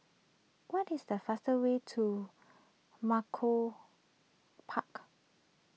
what is the fastest way to Malcolm Park